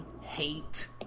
hate